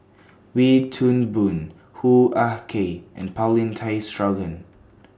Wee Toon Boon Hoo Ah Kay and Paulin Tay Straughan